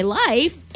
life